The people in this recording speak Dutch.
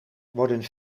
worden